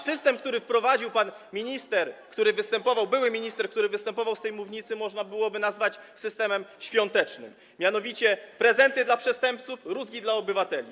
System, który wprowadził pan minister, były minister, który występował z tej mównicy, można by było nazwać systemem świątecznym, mianowicie: prezenty dla przestępców, rózgi dla obywateli.